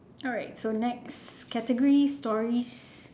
alright so next categories stories